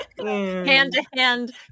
hand-to-hand